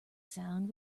sound